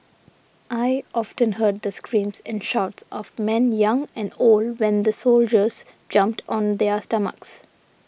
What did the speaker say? I often heard the screams and shouts of men young and old when the soldiers jumped on their stomachs